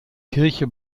kirche